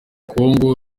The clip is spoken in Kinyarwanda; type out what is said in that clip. kongo